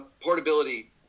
portability